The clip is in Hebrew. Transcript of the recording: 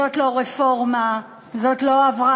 זאת לא רפורמה, זאת לא הבראה.